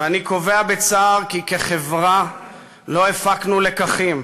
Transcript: ואני קובע בצער כי כחברה לא הפקנו לקחים.